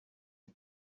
for